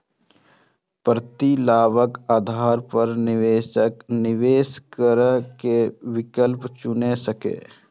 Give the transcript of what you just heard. प्रतिलाभक आधार पर निवेशक निवेश करै के विकल्प चुनि सकैए